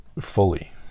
fully